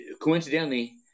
coincidentally